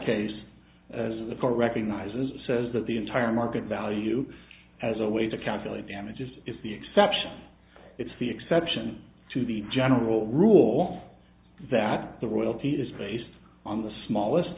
court recognizes says that the entire market value as a way to calculate damages is the exception it's the exception to the general rule that the royalty is based on the smallest